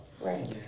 Right